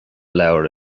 leabhar